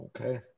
Okay